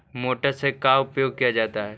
Motor से का उपयोग क्या जाता है?